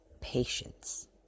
patience